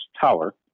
tower